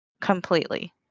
Completely